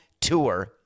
tour